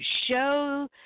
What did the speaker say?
show